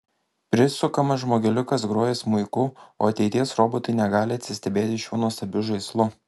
prisukamas žmogeliukas groja smuiku o ateities robotai negali atsistebėti šiuo nuostabiu žaislu